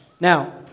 Now